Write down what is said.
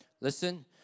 Listen